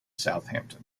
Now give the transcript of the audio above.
southampton